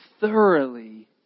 thoroughly